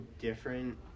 different